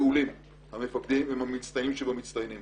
המפקדים הם המצטיינים שבמצטיינים.